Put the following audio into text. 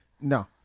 No